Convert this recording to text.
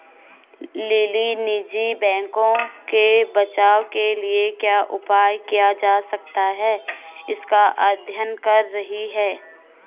lily निजी बैंकों के बचाव के लिए क्या उपाय किया जा सकता है इसका अध्ययन कर रही है